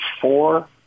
four